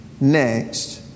next